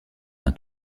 d’un